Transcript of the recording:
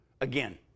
again